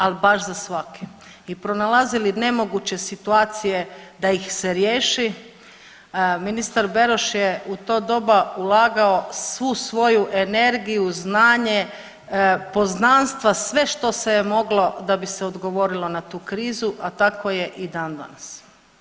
Al' baš za svaki i pronalazili nemoguće situacije da ih se riješi, ministar Beroš je u to doba ulagao svu svoju energiju, znanje, poznanstva, sve što se je moglo da bi se odgovorilo na tu krizu, a tako je i dandanas.